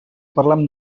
parlem